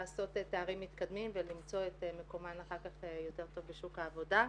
לעשות תארים מתקדמים ולמצוא את מקומן אחר כך יותר טוב בשוק העבודה.